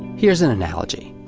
here's an analogy.